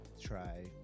try